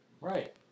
Right